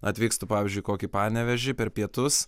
atvykstu pavyzdžiui į kokį panevėžį per pietus